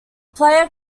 player